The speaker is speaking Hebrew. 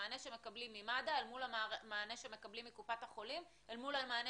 המענה שמקבלים ממד"א מול המענה שמקבלים מקופת החולים אל מול המענה